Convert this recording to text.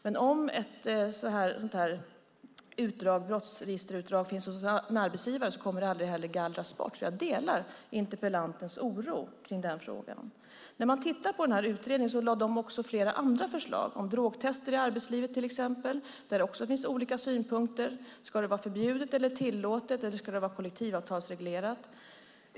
Men om ett brottsregisterutdrag finns hos en arbetsgivare kommer det heller aldrig att gallras bort. Jag delar interpellantens oro kring den frågan. När man tittar på den här utredningen kan man se att de också lade fram flera andra förslag, till exempel om drogtester i arbetslivet. Där finns det också olika synpunkter. Ska det vara förbjudet eller tillåtet? Ska det vara kollektivavtalsreglerat?